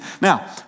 Now